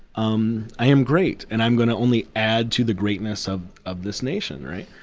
um i am great, and i'm gonna only add to the greatness of of this nation, right?